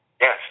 Yes